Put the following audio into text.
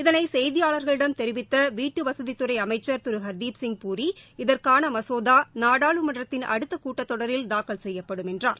இதனை செய்தியாளர்களிடம் தெரிவித்த வீட்டுவசதித் துறை அமைச்சர் திரு ஹர்தீப் சிங் பூரி இதற்கான மசோதா நாடாளுமன்றத்தின் அடுத்தக் கூட்டத் தொடரில் தாக்கல் செய்யப்படும் என்றார்